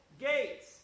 gates